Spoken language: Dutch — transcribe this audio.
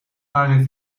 waren